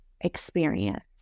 experience